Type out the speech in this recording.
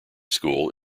school